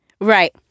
Right